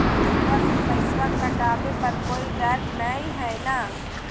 खतबा से पैसबा कटाबे पर कोइ डर नय हय ना?